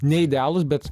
ne idealūs bet